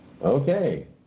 Okay